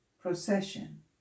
procession